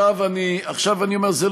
איזה געגועים.